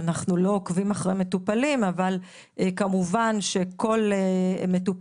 אנחנו לא עוקבים אחרי מטופלים אבל כמובן שכל מטופל